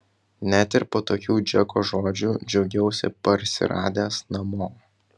net ir po tokių džeko žodžių džiaugiausi parsiradęs namo